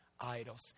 idols